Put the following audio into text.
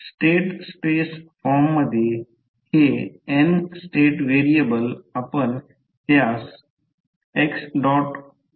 state space फॉर्ममध्ये हे n state variable आपण त्यास xtAxtBut असे परिभाषित करू शकतो